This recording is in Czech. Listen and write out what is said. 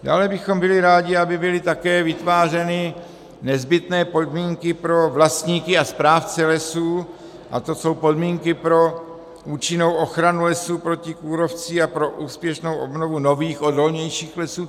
Dále bychom byli rádi, aby byly také vytvářeny nezbytné podmínky pro vlastníky a správce lesů, a to jsou podmínky pro účinnou ochranu lesů proti kůrovci a pro úspěšnou obnovu nových odolnějších lesů.